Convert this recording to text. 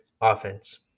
offense